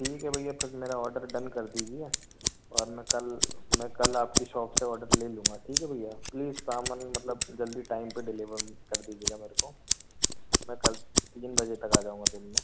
ठीक है भैया फिर मेरा ऑर्डर डन कर दीजिए और मैं कल मैं कल आपकी शॉप से आर्डर ले लूँगा ठीक है भैया प्लीज़ सामान मतलब जल्दी टाइम पर डिलेवर कर दीजिएगा मेरे को मैं कल तीन बजे तक आ जाऊँगा दिन में